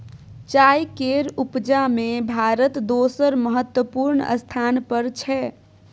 चाय केर उपजा में भारत दोसर महत्वपूर्ण स्थान पर छै